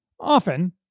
Often